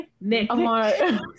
Nick